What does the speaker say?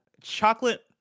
chocolate